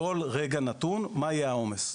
כל רגע נתון מה יהיה העומס.